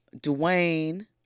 Dwayne